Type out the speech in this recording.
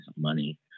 money